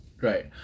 Right